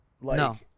No